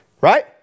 right